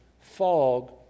fog